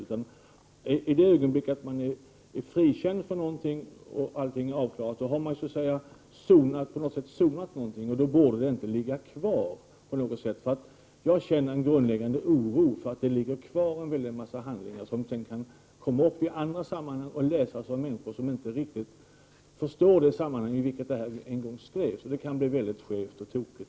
Från det ögonblick man frikänns och allting är avklarat har man på något sätt sonat. Då borde det inte få finnas kvar några uppgifter. Jag känner här en grundläggande oro för att det finns kvar en mängd handlingar som kan dyka upp i andra sammanhang och som då kan läsas av människor som inte riktigt vet hur det var när uppgifterna skrevs ned. Då kan det hela bli mycket tokigt.